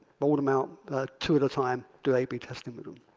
roll them out two at a time, do ab testing. but um